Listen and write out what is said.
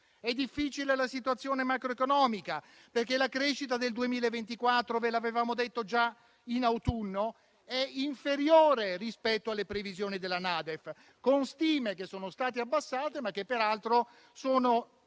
È difficile la situazione macroeconomica, perché la crescita del 2024 - come vi avevamo detto già in autunno - è inferiore rispetto alle previsioni della NADEF, con stime che sono state abbassate, ma che sono